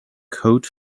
coat